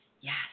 Yes